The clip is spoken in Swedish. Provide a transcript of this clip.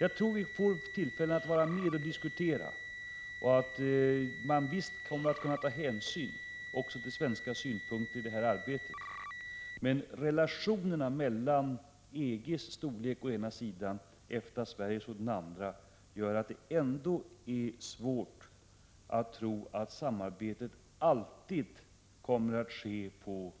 Jag tror visst att vi får många tillfällen att vara med och diskutera, och jag tror visst att man kan komma att ta hänsyn också till svenska synpunkter i detta arbete, men EG:s storlek å ena sidan och EFTA:s och Sveriges å den andra gör det ändå svårt att tro att samarbetet alltid kommer att kunna ske på